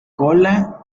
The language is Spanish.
cola